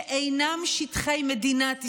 שאינם שטחי מדינת ישראל.